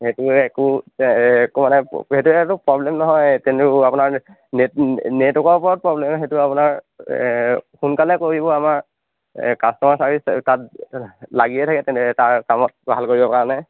সেইটো একো একো মানে প্লব্লেম নহয় কিন্তু আপোনাৰ নেটৱৰ্কৰ ওপৰত প্ৰব্লেম সেইটো আপোনাৰ সোনকালে কৰিব আমাৰ কাষ্টমাৰ চাৰ্ভিচ তাত লাগিয়েই থাকে তেনেকৈ ভাল কৰিব কাৰণে